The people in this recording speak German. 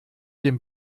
den